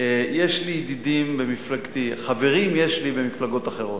יש לי ידידים במפלגתי, חברים יש לי במפלגות אחרות.